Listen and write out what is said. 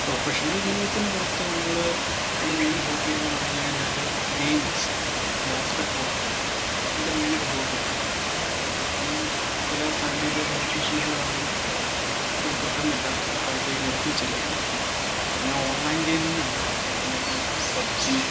professional ജീവിതത്തിൻ്റെ പുറത്ത് നമ്മൾ നമ്മുടെ മെയിൻ ഹോബി എന്ന് പറഞ്ഞു കഴിഞ്ഞാൽ ഗെയിംസ് ബാസ്കറ്റ്ബാൾ എൻ്റെ മെയിൻ ഒരു ഹോബിയാണ് പക്ഷെ ഇപ്പം ചില സാങ്കേതിക ഹെൽത്ത് ഇഷ്യൂസ് കാരണം തുടരുന്നില്ല തൽക്കാലത്തേയ്ക്ക് നിർത്തി വച്ചിരിക്കുകയാണ് പിന്നെ ഓൺലൈൻ ഗെയിമിംഗ് ഉണ്ട് നമ്മൾ മെയിനായിട്ട് പബ്ജി